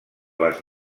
les